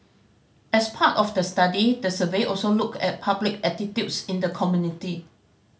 as part of the study the survey also looked at public attitudes in the community